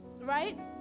right